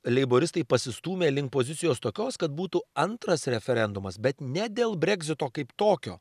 leiboristai pasistūmė link pozicijos tokios kad būtų antras referendumas bet ne dėl breksito kaip tokio